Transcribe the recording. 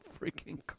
freaking